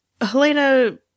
Helena